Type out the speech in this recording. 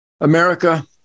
America